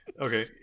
okay